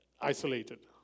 isolated